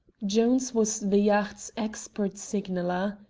jones was the yacht's expert signaller.